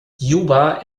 juba